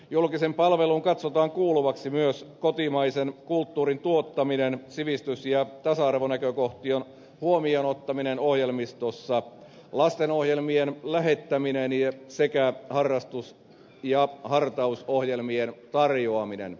julkiseen palveluun katsotaan kuuluvaksi myös kotimaisen kulttuurin tuottaminen sivistys ja tasa arvonäkökohtien huomioon ottaminen ohjelmistossa lastenohjelmien lähettäminen sekä harrastus ja hartausohjelmien tarjoaminen